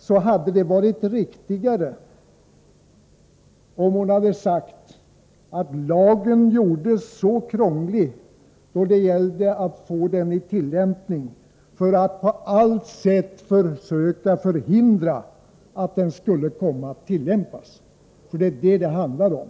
Det hade varit riktigare om hon hade sagt, att anledningen till att lagen gjordes så krånglig var att man på allt sätt ville försöka förhindra att den skulle komma att tillämpas. Det är nämligen det som det handlar om.